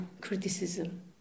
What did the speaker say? criticism